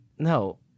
No